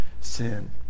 sin